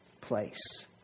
place